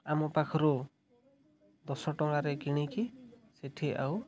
ଆମ ପାଖରୁ ଦଶ ଟଙ୍କାରେ କିଣିକି ସେଠି ଆଉ